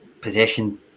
possession